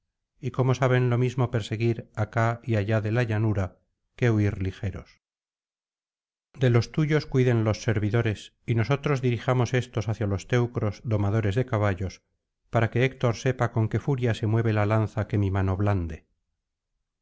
y cómo saben lo mismo perseguir acá y allá de la llanura que huir ligeros de los tuyos cuiden los ser'idores y nosotros dirijamos éstos hacia los teneros domadores de caballos para que héctor sepa con qué furia se mueve la lanza que mi mano blande